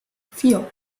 vier